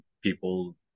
people